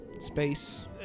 space